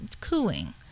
cooing